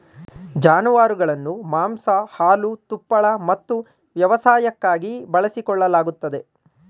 ಜಾನುವಾರುಗಳನ್ನು ಮಾಂಸ ಹಾಲು ತುಪ್ಪಳ ಮತ್ತು ವ್ಯವಸಾಯಕ್ಕಾಗಿ ಬಳಸಿಕೊಳ್ಳಲಾಗುತ್ತದೆ